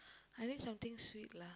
I need something sweet lah